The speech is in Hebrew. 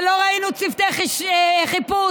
ולא ראינו צוותי חיפוש